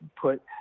put